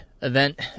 event